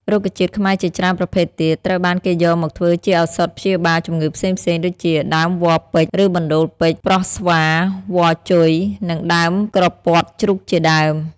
រុក្ខជាតិខ្មែរជាច្រើនប្រភេទទៀត ត្រូវបានគេយកមកធ្វើជាឱសថព្យាបាលជំងឺផ្សេងៗដូចជាដើមវល្លិ៍ពេជ្រ ឬបណ្តូលពេជ្រ ប្រស់ស្វា វល្លិ៍ជុយ និងដើមក្រពាត់ជ្រូកជាដើម។